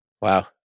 Wow